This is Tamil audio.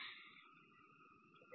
3 இங்கே உள்ளது